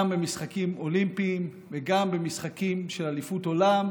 גם במשחקים אולימפיים וגם במשחקים של אליפות עולם,